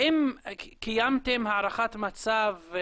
האם קיימתם הערכת מצב,